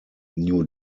new